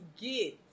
get